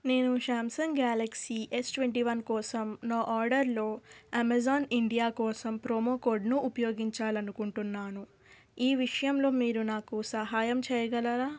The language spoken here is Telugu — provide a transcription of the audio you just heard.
నేను Samsung Galaxy S twenty one కోసం నా ఆర్డర్లో అమెజాన్ ఇండియా కోసం ప్రోమో కోడ్ను ఉపయోగించాలి అనుకుంటున్నాను ఈ విషయంలో మీరు నాకు సహాయం చేయగలరా